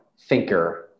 thinker